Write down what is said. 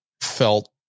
felt